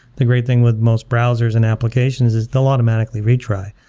the great thing with most browsers and applications is they'll automatically retry.